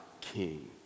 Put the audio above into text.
King